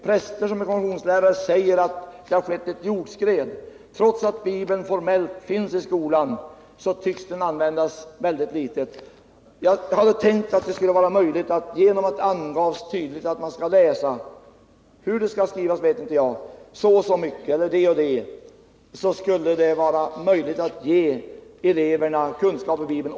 Präster som är konfirmationslärare säger att det har skett ett jordskred. Trots att Bibeln formellt finns i skolan tycks den användas väldigt litet. Jag hade tänkt att det skulle vara möjligt att genom att det tydligt angavs att man skall läsa — hur det skall skrivas vet jag inte — så och så mycket eller det och det skulle det vara möjligt att ge eleverna kunskap om Bibeln.